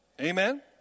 Amen